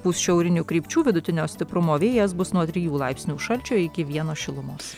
pūs šiaurinių krypčių vidutinio stiprumo vėjas bus nuo trijų laipsnių šalčio iki vieno šilumos